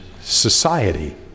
society